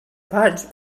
punch